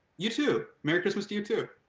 you, too, merry christmas to you, too.